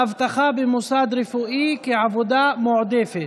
אבטחה במוסד רפואי כעבודה מועדפת),